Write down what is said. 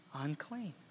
unclean